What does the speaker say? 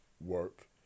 work